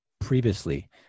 previously